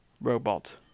robot